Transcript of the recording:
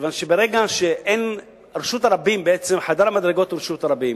בעצם חדר המדרגות הוא רשות הרבים,